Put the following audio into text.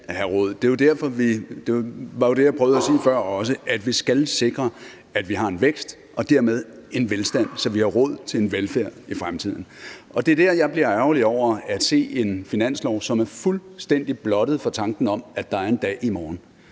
Det var jo det, jeg også prøvede at sige før, nemlig at vi skal sikre, at vi har en vækst og dermed en velstand, så vi har råd til en velfærd i fremtiden. Og det er der, jeg bliver ærgerlig over at se en finanslov, som er fuldstændig blottet for tanken om, at der er en dag i morgen.